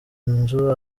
inzu